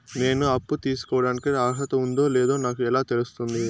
నేను అప్పు తీసుకోడానికి అర్హత ఉందో లేదో నాకు ఎలా తెలుస్తుంది?